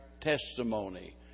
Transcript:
testimony